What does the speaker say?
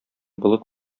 болыт